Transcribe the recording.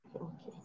Okay